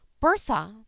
Bertha